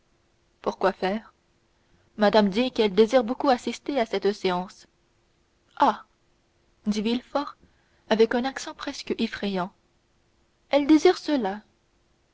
quoi faire madame dit qu'elle désire beaucoup assister à cette séance ah dit villefort avec un accent presque effrayant elle désire cela